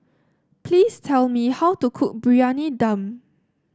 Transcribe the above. please tell me how to cook Briyani Dum